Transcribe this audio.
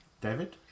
David